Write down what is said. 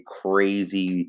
crazy